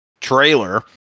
trailer